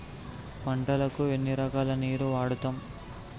పంటలకు ఎన్ని రకాల నీరు వాడుతం?